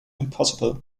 impossible